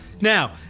Now